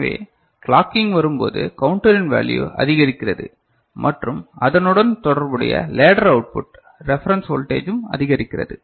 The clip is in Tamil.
எனவே கிளாக்கிங் வரும்போது கவுண்டரின் வேல்யூ அதிகரிக்கிறது மற்றும் அதனுடன் தொடர்புடைய ladder output reference voltage உம் அதிகரிக்கிறது